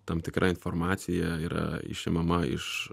tam tikra informacija yra išimama iš